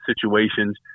situations